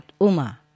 Uma